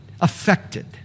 affected